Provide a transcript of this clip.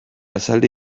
esaldi